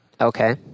Okay